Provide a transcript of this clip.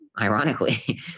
ironically